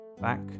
back